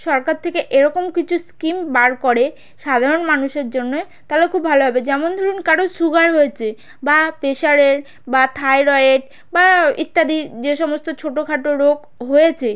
সরকার থেকে এরকম কিছু স্কিম বার করে সাধারণ মানুষের জন্যে তালে খুব ভালো হবে যেমন ধরুন কারোর সুগার হয়েছে বা প্রেসার বা থাইরয়েড বা ইত্যাদি যে সমস্ত ছোটো খাটো রোগ হয়েছে